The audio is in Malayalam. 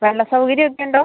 വെള്ളം സൗകര്യം ഒക്കെ ഉണ്ടോ